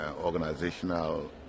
organizational